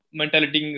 mentality